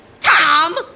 Tom